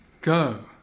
go